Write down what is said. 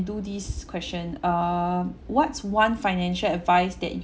do this question err what's one financial advice that you